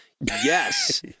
Yes